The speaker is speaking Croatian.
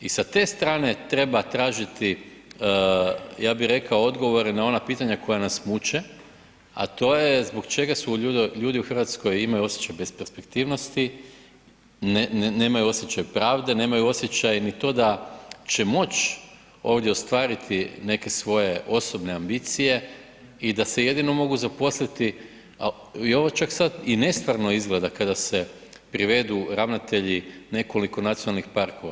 I sa te strane treba tražiti, ja bih rekao odgovore na ona pitanja koja nas muče, a to je zbog čega su ljudi u Hrvatskoj imaju osjećaj besperspektivnosti, nemaju osjećaj pravde, nemaju osjećaj ni to da će moći ovdje ostvariti neke svoje osobne ambicije i da se jedino mogu zaposliti, i ovo čak sad i nestvarno izgleda kada se privedu ravnatelji nekoliko nacionalnih parkova.